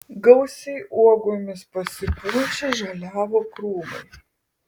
gausiai uogomis pasipuošę žaliavo krūmai